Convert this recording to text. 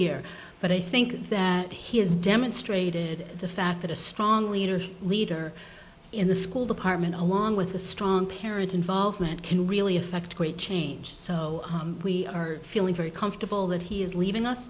year but i think that he has demonstrated the fact that a strong leader leader in the school department along with a strong parent involvement can really affect great change so we are feeling very comfortable that he is leaving us